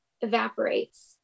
evaporates